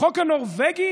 החוק הנורבגי?